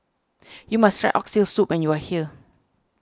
you must try Oxtail Soup when you are here